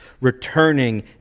returning